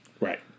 Right